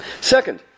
Second